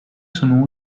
sono